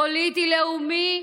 פוליטי, לאומי,